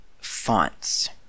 fonts